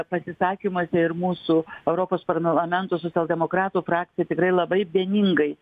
pasisakymuose ir mūsų europos parlamento socialdemokratų frakcija tikrai labai vieningai